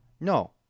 No